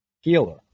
healer